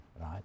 right